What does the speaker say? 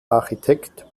architekt